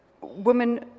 women